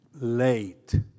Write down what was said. late